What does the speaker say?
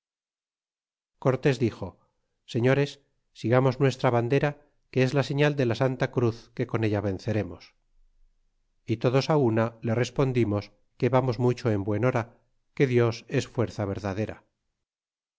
cortés dixo señores sigamos nuestra bandera que es la señal de la santa cruz que con ella venceremos y todos una le respondimos que vamos mucho en buen hora que dios es fuerza verdadera